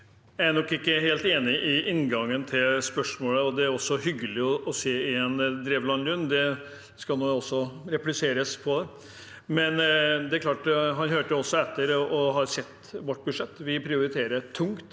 Jeg er nok ikke helt enig i inngangen til spørsmålet. Det er hyggelig å se igjen Drevland Lund, det kan jeg også replisere, men han hørte også etter og har sett vårt budsjett. Vi prioriterer tungt